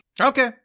Okay